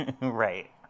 Right